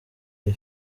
iyi